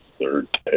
third